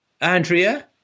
Andrea